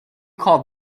call